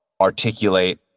articulate